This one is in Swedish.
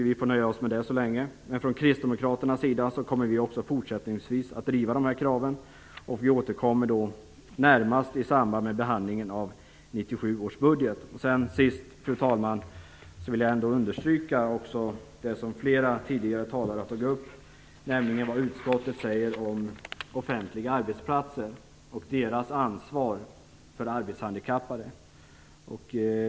Vi får nöja oss med det tills vidare. Vi kristdemokrater kommer också fortsättningsvis att driva de här kraven. Vi återkommer närmast i samband med behandlingen av Allra sist, fru talman, vill jag understryka en sak som flera talare tidigare har tagit upp. Det gäller vad utskottet säger om offentliga arbetsplatser och om deras ansvar för de arbetshandikappade.